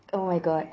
oh my god